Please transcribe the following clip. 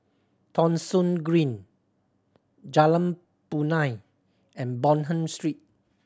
Thong Soon Green Jalan Punai and Bonham Street